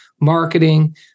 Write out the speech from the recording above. marketing